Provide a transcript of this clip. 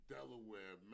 Delaware